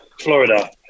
Florida